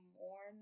more